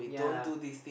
yeah